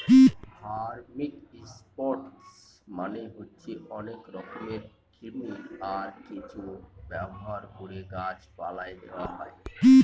vermicompost মানে হচ্ছে অনেক রকমের কৃমি, আর কেঁচো ব্যবহার করে গাছ পালায় দেওয়া হয়